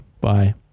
Bye